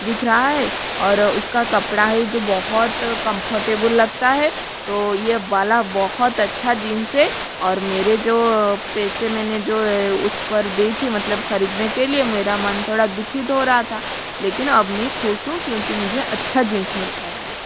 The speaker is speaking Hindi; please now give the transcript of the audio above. दिख रहा है और उसका कपड़ा है जो बहुत कम्फर्टेबुल लगता है तो ये वाला बहुत अच्छा जीन्स है और मेरे जो पैसे मैंने जो उस पर दी थी मतलब ख़रीदने के लिए मेरा मन थोड़ा दुखित हो रा था लेकिन अब मे ख़ुश हूँ क्योंकि मुझे अच्छा जीन्स मिल गया है